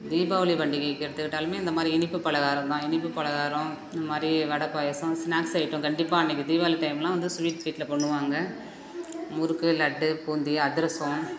தீபாவளி பண்டிகைக்கு எடுத்துக்கிட்டாலும் இந்த மாதிரி இனிப்பு பலகாரம் தான் இனிப்பு பலகாரம் இந்த மாதிரி வடை பாயசோம் ஸ்நாக்ஸ் ஐட்டம் கண்டிப்பாக அன்றைக்கி தீபாவளி டைம்லாம் வந்து ஸ்வீட் வீட்டில் பண்ணுவாங்க முறுக்கு லட்டு பூந்தி அதிரசம்